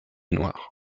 noir